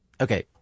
okay